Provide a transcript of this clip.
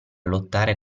lottare